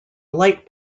light